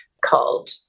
called